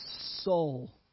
soul